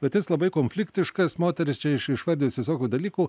bet jis labai konfliktiškas moteris čia išvardijusi visokių dalykų